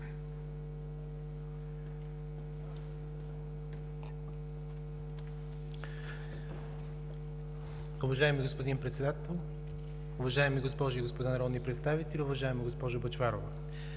Уважаеми господин Председател, уважаеми госпожи и господа народни представители, уважаема госпожо Бъчварова!